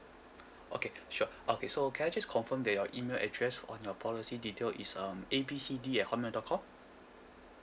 okay sure okay so can I just confirm that your email address on your policy detail is um A B C D at hotmail dot com